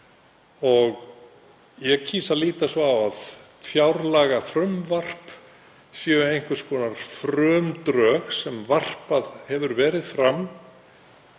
og ég kýs að líta svo á að fjárlagafrumvarp sé einhvers konar frumdrög sem varpað hefur verið fram